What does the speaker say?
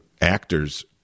actors